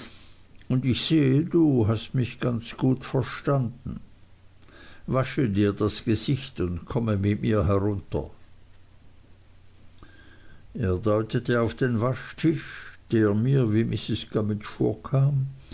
und ich sehe du hast mich ganz gut verstanden wasche dir das gesicht und komme mit mir herunter er deutete auf den waschtisch der mir wie mrs gummidge